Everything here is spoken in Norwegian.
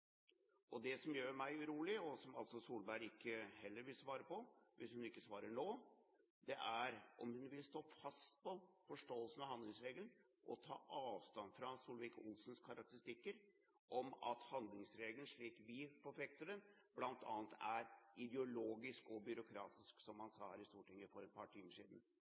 om pengebruken. Det gjør meg urolig om Solberg heller ikke vil svare på, hvis hun ikke svarer nå, om hun vil stå fast på forståelsen av handlingsregelen og ta avstand fra Solvik-Olsens karakteristikker, at handlingsregelen slik vi forfekter den, bl.a. er ideologisk og byråkratisk, som han sa her i Stortinget for et par timer siden.